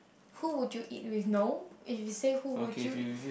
who would you eat with no if you say who would you eat